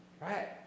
right